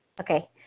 Okay